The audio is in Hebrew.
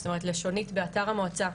זאת אומרת לשונית באתר המועצה,